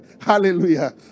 Hallelujah